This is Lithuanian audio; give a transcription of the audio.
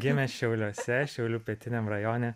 gimęs šiauliuose šiaulių pietiniam rajone